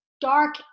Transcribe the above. dark